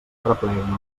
arrepleguen